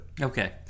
okay